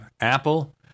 Apple